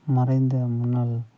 மறைந்த முன்னாள்